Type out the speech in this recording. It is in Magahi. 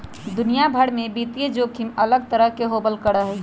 दुनिया भर में वित्तीय जोखिम अलग तरह के होबल करा हई